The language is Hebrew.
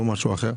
לא משהו אחר.